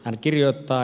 hän kirjoittaa